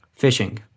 phishing